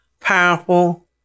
powerful